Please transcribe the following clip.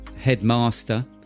headmaster